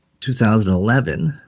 2011